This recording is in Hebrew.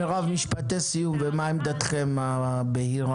מרב, משפטי סיום ומה עמדתכם הבהירה.